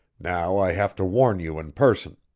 now i have to warn you in person.